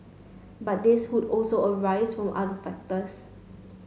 but these could also arise from other factors